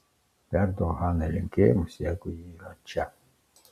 perduok hanai linkėjimus jeigu ji yra čia